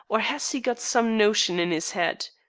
or has he got some notion in his head.